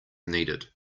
needed